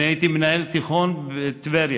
אני הייתי מנהל תיכון בטבריה,